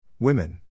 Women